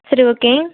சரி ஓகே